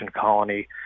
colony